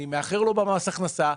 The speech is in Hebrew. אני מאחר לו במס הכנסה,